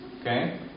okay